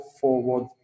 Forward